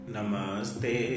Namaste